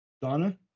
donna